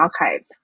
archive